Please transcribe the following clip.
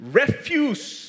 refuse